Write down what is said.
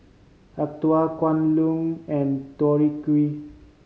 Acuto Kwan Loong and Tori Q